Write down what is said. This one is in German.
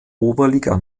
oberliga